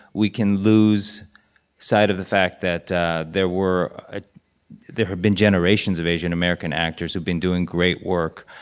we can lose sight of the fact that there were ah there have been generations of asian-american actors who've been doing great work.